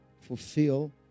fulfill